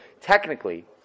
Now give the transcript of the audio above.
Technically